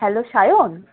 hello Sayan